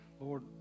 Lord